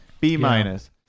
B-minus